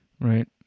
Right